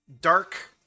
dark